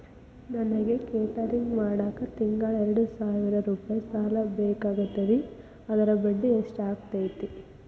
ನನಗ ಕೇಟರಿಂಗ್ ಮಾಡಾಕ್ ತಿಂಗಳಾ ಎರಡು ಸಾವಿರ ರೂಪಾಯಿ ಸಾಲ ಬೇಕಾಗೈತರಿ ಅದರ ಬಡ್ಡಿ ಎಷ್ಟ ಆಗತೈತ್ರಿ?